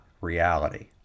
reality